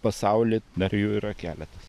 pasaulį dar jų yra keletas